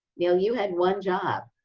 neil, you had one job.